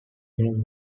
name